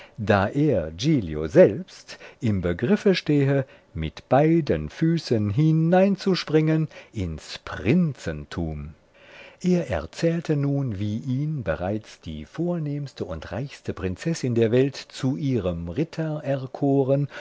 da er giglio selbst im begriff stehe mit beiden füßen hineinzuspringen ins prinzentum er erzählte nun wie ihn bereits die vornehmste und reichste prinzessin der welt zu ihrem ritter erkoren